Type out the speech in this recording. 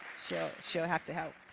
so she'll have to help.